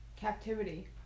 Captivity